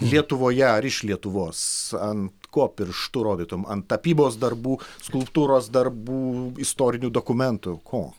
lietuvoje ar iš lietuvos ant ko pirštu rodytum ant tapybos darbų skulptūros darbų istorinių dokumentų ko